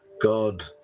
God